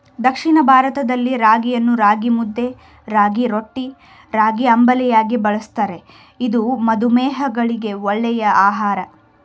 ದಕ್ಷಿಣ ಭಾರತದಲ್ಲಿ ರಾಗಿಯನ್ನು ರಾಗಿಮುದ್ದೆ, ರಾಗಿರೊಟ್ಟಿ, ರಾಗಿಅಂಬಲಿಯಾಗಿ ಬಳ್ಸತ್ತರೆ ಇದು ಮಧುಮೇಹಿಗಳಿಗೆ ಒಳ್ಳೆ ಆಹಾರ